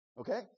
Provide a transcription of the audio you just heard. Okay